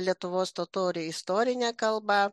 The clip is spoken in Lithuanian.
lietuvos totoriai istorinė kalba